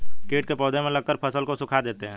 कीट पौधे में लगकर फसल को सुखा देते हैं